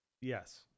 Yes